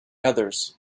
others